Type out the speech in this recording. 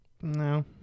No